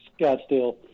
Scottsdale